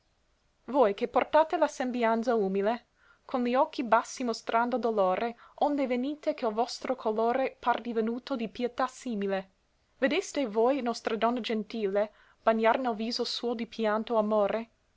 voi che portate la sembianza umile con li occhi bassi mostrando dolore onde venite che l vostro colore par divenuto de pietà simile vedeste voi nostra donna gentile bagnar nel viso suo di pianto amore